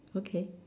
okay